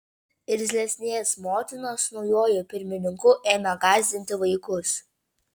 irzlesnės motinos naujuoju pirmininku ėmė gąsdinti vaikus